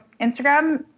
Instagram